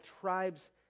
tribes